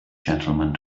gentlemen